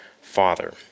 father